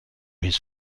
his